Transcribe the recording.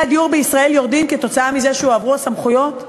הדיור בישראל יורדים כתוצאה מזה שהועברו הסמכויות?